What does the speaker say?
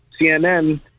CNN